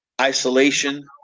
isolation